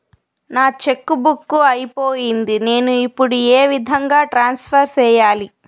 నా cheque book అయిపోయింది నేను ఇప్పుడు ఏ విధంగా ట్రాన్స్ఫర్ సేయాలి?